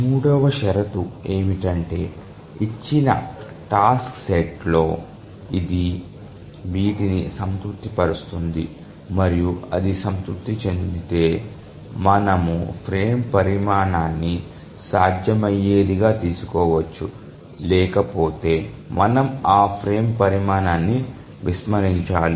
మూడవ షరతు ఏమిటంటే ఇచ్చిన టాస్క్ సెట్ లో ఇది వీటిని సంతృప్తిపరుస్తుంది మరియు అది సంతృప్తి చెందితే మనము ఫ్రేమ్ పరిమాణాన్ని సాధ్యమయ్యేదిగా తీసుకోవచ్చు లేకపోతే మనం ఆ ఫ్రేమ్ పరిమాణాన్ని విస్మరించాలి